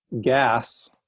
gas